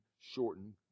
shortened